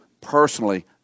personally